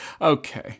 okay